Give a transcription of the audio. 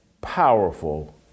powerful